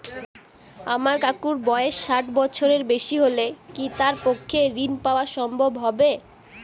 আমার কাকুর বয়স ষাট বছরের বেশি হলে কি তার পক্ষে ঋণ পাওয়া সম্ভব হবে?